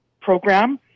program